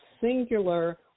singular